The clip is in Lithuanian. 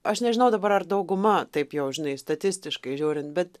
aš nežinau dabar ar dauguma taip jau žinai statistiškai žiūrint bet